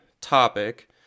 topic